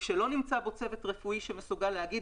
וכשלא נמצא בו צוות רפואי שמסוגל להגיד